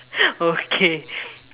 okay